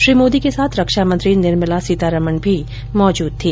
श्री मोदी के साथ रक्षा मंत्री निर्मला सीतारमण भी मौजूद थी